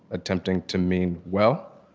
attempting to mean well,